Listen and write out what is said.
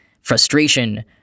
Frustration